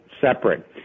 separate